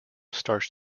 starts